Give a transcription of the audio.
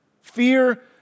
fear